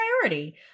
priority